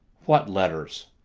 what letters?